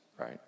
right